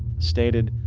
stated.